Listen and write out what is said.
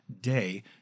day